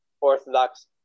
Orthodox